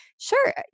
sure